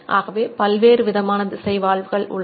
ஆகவே பல்வேறு விதமான திசை வால்வுகள் உள்ளன